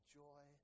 joy